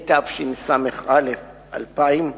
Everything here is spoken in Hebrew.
התשס"א 2000,